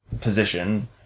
position